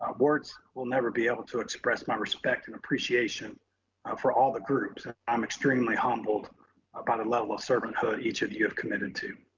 words will never be able to express my respect and appreciation for all the groups and i'm extremely humbled about a level of servant hood each of you have committed to.